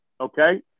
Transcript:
Okay